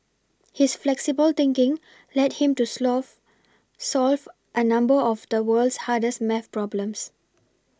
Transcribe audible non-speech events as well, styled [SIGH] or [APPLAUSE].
his flexible thinking led him to [UNINTELLIGIBLE] solve a number of the world's hardest math problems